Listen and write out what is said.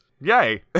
Yay